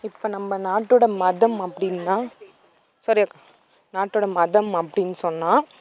இப்போ நம்ம நாட்டோட மதம் அப்படின்னா ஸாரி நாட்டோட மதம் அப்படின்னு சொன்னால்